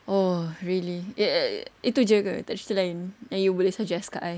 oh really itu jer ke tak ada cerita lain yang you boleh suggest kat I